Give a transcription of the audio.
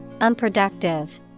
unproductive